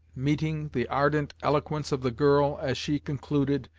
meeting the ardent eloquence of the girl, as she concluded,